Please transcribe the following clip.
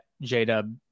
J-Dub